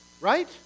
Right